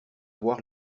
voir